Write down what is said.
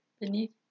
beneath